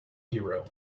hero